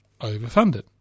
overfunded